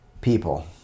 people